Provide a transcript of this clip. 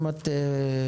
אם את רוצה,